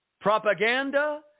propaganda